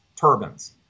turbines